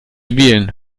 wählen